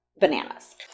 bananas